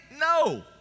No